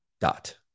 dot